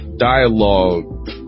Dialogue